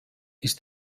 ist